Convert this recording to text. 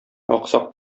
аксак